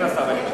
חבר הכנסת